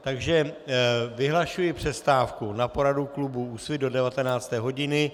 Takže vyhlašuji přestávku na poradu klubu Úsvit do 19. hodiny.